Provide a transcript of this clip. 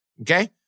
Okay